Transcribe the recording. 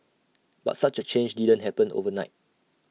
but such A change didn't happen overnight